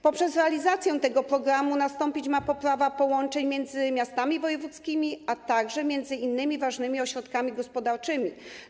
Poprzez realizację tego programu nastąpić ma poprawa połączeń między miastami wojewódzkimi, a także między innymi ważnymi ośrodkami gospodarczymi.